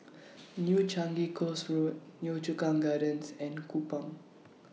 New Changi Coast Road Yio Chu Kang Gardens and Kupang